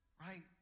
Right